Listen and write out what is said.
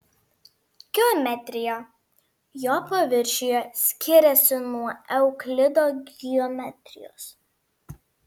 geometrija jo paviršiuje skiriasi nuo euklido geometrijos